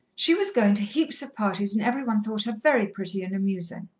she was going to heaps of parties, and every one thought her very pretty and amusing.